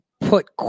put